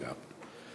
אגב.